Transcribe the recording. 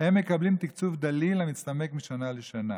מקבלים תקצוב דליל המצטמק משנה לשנה.